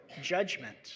judgment